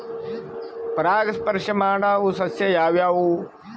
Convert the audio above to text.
ಪರಾಗಸ್ಪರ್ಶ ಮಾಡಾವು ಸಸ್ಯ ಯಾವ್ಯಾವು?